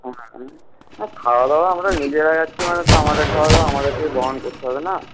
হ্যাঁ ও খাওয়াদাওয়া আমরা নিজেরা যাচ্ছি মানে তো আমাদের খাওয়াদাওয়া আমদেরকেই বহন করতে হবে না